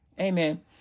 amen